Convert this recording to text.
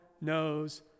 knows